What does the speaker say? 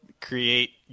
create